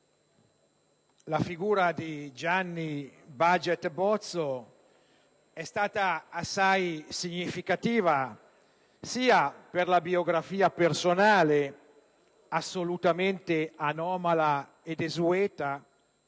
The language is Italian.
la figura di Gianni Baget Bozzo è stata assai significativa sia per la biografia personale, assolutamente anomala e desueta,